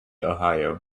ohio